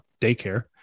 daycare